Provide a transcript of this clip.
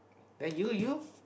then you you